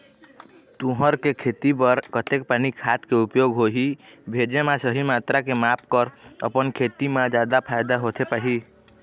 तुंहर के खेती बर कतेक पानी खाद के उपयोग होही भेजे मा सही मात्रा के माप कर अपन खेती मा जादा फायदा होथे पाही?